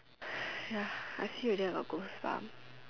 ya I see already I got goosebumps